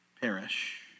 perish